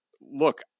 look